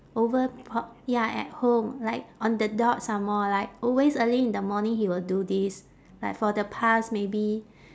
over p~ ya at home like on the dot some more like always early in the morning he will do this like for the past maybe